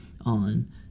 on